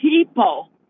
people